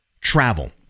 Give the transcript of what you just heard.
travel